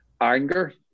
anger